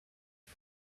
his